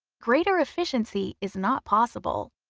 greater efficiency is not possible.